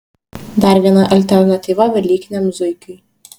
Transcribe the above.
dar viena alternatyva velykiniam zuikiui